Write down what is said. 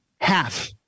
Half